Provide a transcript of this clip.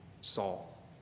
Saul